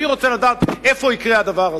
אני רוצה לדעת איפה יקרה הדבר הזה.